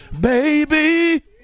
baby